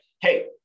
hey